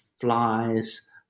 flies